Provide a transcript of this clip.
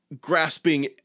grasping